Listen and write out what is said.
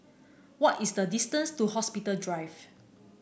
what is the distance to Hospital Drive